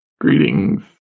Greetings